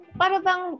parang